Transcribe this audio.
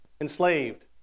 Enslaved